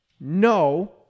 no